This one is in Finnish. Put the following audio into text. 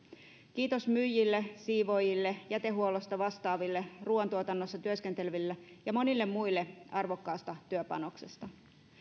kiitos myyjille siivoojille jätehuollosta vastaaville ruoantuotannossa työskenteleville ja monille muille arvokkaasta työpanoksesta